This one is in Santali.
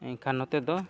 ᱮᱱᱠᱷᱟᱱ ᱱᱚᱛᱮ ᱫᱚ